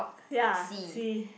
ya see